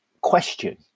question